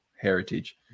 Heritage